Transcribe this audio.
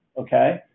okay